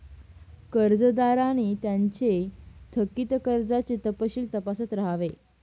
कर्जदारांनी त्यांचे थकित कर्जाचे तपशील तपासत राहावे